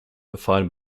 defined